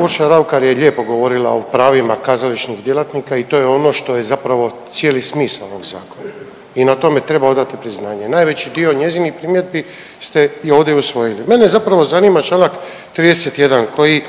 Urša Raukar je lijepo govorila o pravima kazališnih djelatnika i to je ono što je zapravo cijeli smisao ovog zakona. I na tome treba odati priznanje. Najveći dio njezinih primjedbi ste ovdje i usvojili. Mene zapravo zanima Članak 31. koji